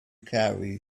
carry